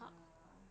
ya